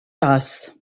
das